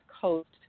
Coast